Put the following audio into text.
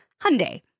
Hyundai